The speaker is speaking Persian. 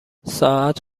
ساعت